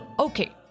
Okay